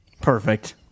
Perfect